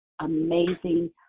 amazing